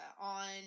on